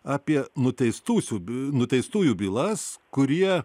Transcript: apie nuteistųsių e nuteistųjų bylas kurie